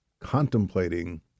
contemplating